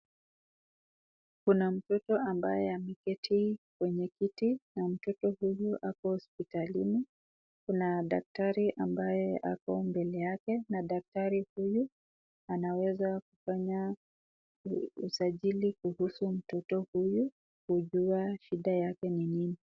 Kuna mtoto ambaye ameketi kwenye kiti na mtoto huyu ako hospitalini. Kuna daktari ambaye ako mbele yake na daktari huyu anaweza kufanya usajili kuhusu mtoto huyu kujua shida yake ni nini.